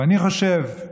ואני חושב,